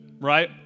right